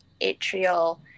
atrial